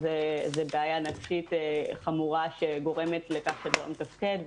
אז זה בעיה נפשית חמורה שגורמת לכך שאתה לא מתפקד,